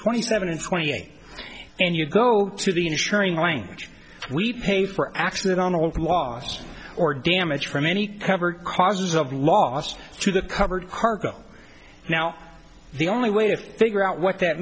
twenty seven and twenty eight and you go to the ensuring language we pay for x not on a local loss or damage from any cover causes of lost to the covered cargo now the only way to figure out what that